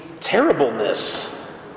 terribleness